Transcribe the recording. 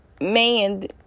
man